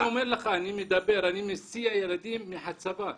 אני אומר לך, אני מסיע ילדים מחצבה,